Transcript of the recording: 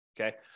okay